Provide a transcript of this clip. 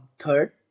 third